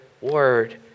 word